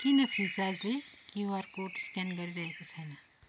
किन फ्रिचार्जले QR code scan गरिरहेको छैन